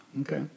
Okay